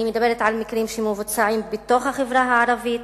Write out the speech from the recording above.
אני מדברת על מקרים שמבוצעים בתוך החברה הערבית,